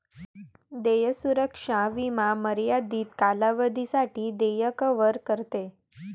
देय सुरक्षा विमा मर्यादित कालावधीसाठी देय कव्हर करते